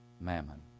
mammon